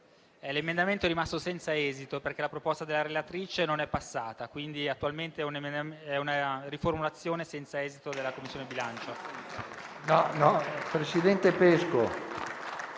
l'emendamento è rimasto senza esito perché la proposta della relatrice non è passata. Quindi attualmente la riformulazione è senza esito da parte della Commissione bilancio.